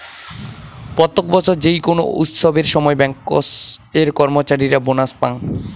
প্রত্যেক বছর যেই কোনো উৎসবের সময় ব্যাংকার্স এর কর্মচারীরা বোনাস পাঙ